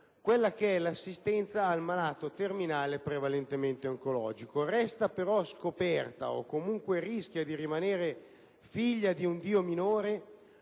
ospedaliero, l'assistenza al malato terminale prevalentemente oncologico. Resta però scoperta o comunque rischia di rimanere figlia di un Dio minore